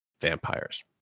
vampires